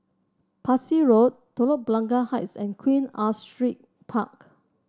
Parsi Road Telok Blangah Heights and Queen Astrid Park